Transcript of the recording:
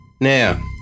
Now